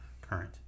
current